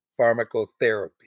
pharmacotherapy